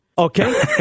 Okay